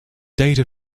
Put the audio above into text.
data